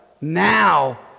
now